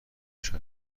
تشکر